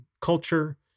culture